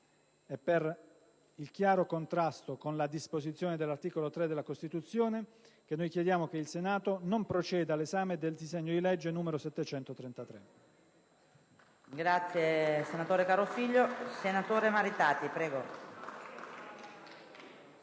e per il chiaro contrasto con la disposizione dell'articolo 3 della Costituzione, che noi chiediamo che il Senato non proceda all'esame del disegno di legge n. 733-B.